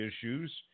issues